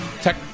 Tech